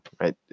right